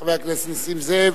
חבר הכנסת נסים זאב